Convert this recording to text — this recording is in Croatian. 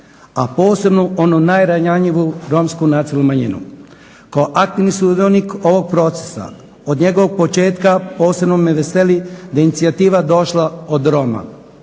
a posebno onu najranjiviju Romsku nacionalnu manjinu. Kao aktivni sudionik ovog procesa, od njegovog početka posebno me veseli da je inicijativa došla od Roma,